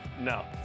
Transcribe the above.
No